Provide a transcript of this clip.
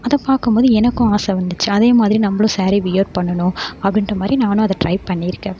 அதை பார்க்கும்போது எனக்கும் ஆசை வந்துச்சு அதேமாதிரி நம்மளும் சாரீ வியர் பண்ணணும் அப்படின்ற மாதிரி நானும் அதை டிரை பண்ணியிருக்கேன்